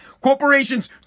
Corporations